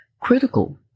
Critical